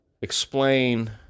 explain